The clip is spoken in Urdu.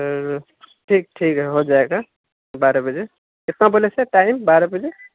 سر ٹھیک ٹھیک ہے ہو جائے گا بارہ بجے کتنا بولے سر ٹائم بارہ بجے